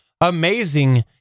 amazing